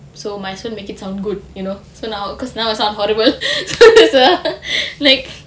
so might as well make it sound good you know so now because now is sounds horrible like